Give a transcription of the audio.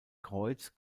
kreuz